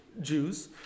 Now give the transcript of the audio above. Jews